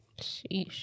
Sheesh